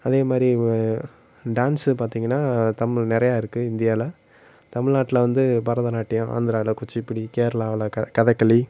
அதே மாதிரி டான்ஸு பார்த்தீங்கன்னா தமிழ் நிறையா இருக்குது இந்தியாவில் தமிழ்நாட்டுல வந்து பரதநாட்டியம் ஆந்திராவில் குச்சிப்புடி கேரளாவில் கதகளி